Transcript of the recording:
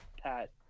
Pat